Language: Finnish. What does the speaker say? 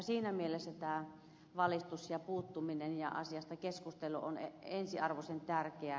siinä mielessä tämä valistus ja puuttuminen ja asiasta keskustelu on ensiarvoisen tärkeää